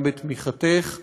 גם בתמיכתך,